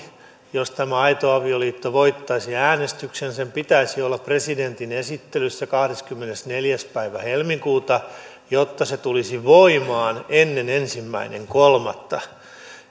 jos tämä aito avioliitto voittaisi äänestyksen sen pitäisi olla presidentin esittelyssä kahdeskymmenesneljäs päivä helmikuuta jotta se tulisi voimaan ennen ensimmäinen kolmatta